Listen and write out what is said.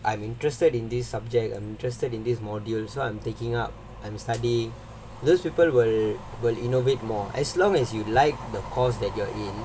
I am interested in this subject I'm interested in this module so I'm taking up I'm study those people will will innovate more as long as you like the course that you are in